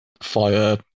fire